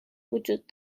وجود